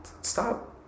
Stop